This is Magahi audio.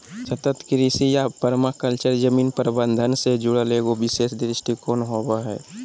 सतत कृषि या पर्माकल्चर जमीन प्रबन्धन से जुड़ल एगो विशेष दृष्टिकोण होबा हइ